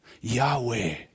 Yahweh